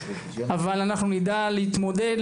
אבל אנחנו נדע להתמודד,